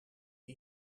een